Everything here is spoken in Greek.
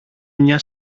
μια